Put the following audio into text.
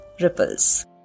Ripples